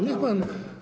Niech pan.